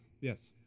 Yes